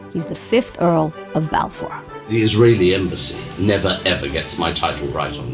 he's the fifth earl of balfour the israeli embassy never ever gets my title right